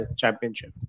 championship